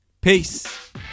Peace